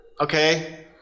okay